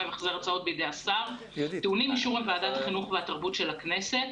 והחזר ההוצאות בידי השר טעונים אישור ועדת החינוך והתרבות של הכנסת".